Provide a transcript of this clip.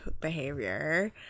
behavior